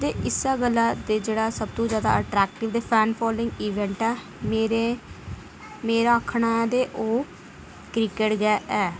ते इस्सै गल्ला जेह्ड़ा अट्रेक्टिव ते फैन फालोइंग इवेंट ऐ मेरे मेरा आक्खना ते ओह् क्रिकेट गै ऐ